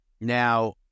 Now